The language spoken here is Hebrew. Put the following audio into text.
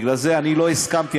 לכן לא הסכמתי,